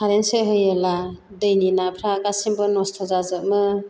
कारेन स'ख होयोला दैनिनाफ्रा गासिमबो नस्थ जाजोमो